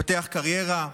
לפתח קריירה.